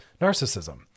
Narcissism